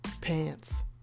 pants